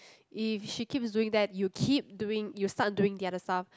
if she keeps doing that you keep doing you start doing the other stuff